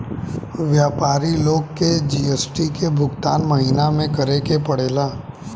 व्यापारी लोग के जी.एस.टी के भुगतान महीना में करे के पड़ेला